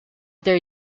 their